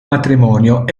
matrimonio